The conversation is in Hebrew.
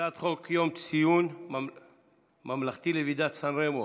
הצעת חוק יום ציון ממלכתי לוועידת סן רמו,